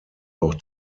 auch